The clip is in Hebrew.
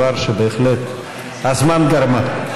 דבר שבהחלט הזמן גרמה.